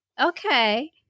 Okay